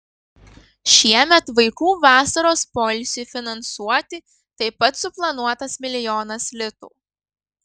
šiemet vaikų vasaros poilsiui finansuoti taip pat suplanuotas milijonas litų